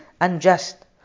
unjust